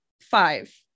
five